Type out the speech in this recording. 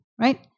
right